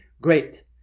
great